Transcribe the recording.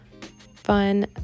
fun